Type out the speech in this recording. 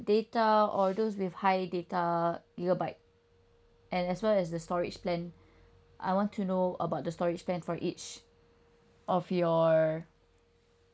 data or those with high data gigabyte and as well as the storage plan I want to know about the storage plan for each of your